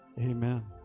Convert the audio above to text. Amen